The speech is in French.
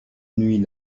nuit